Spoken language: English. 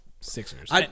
Sixers